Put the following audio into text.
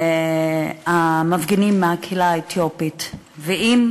המפגינים מהקהילה האתיופית ואם